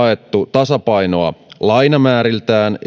tasapainoa lainamääriltään